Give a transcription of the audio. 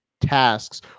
tasks